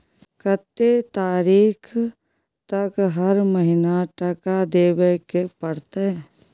कत्ते तारीख तक हर महीना टका देबै के परतै?